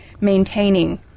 maintaining